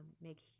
make